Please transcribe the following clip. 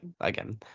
again